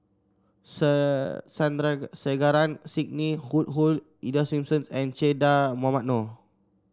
Sandrasegaran Sidney Woodhull Ida Simmons and Che Dah Mohamed Noor